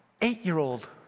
eight-year-old